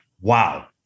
wow